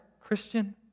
Christian